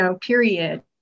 period